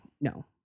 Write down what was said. no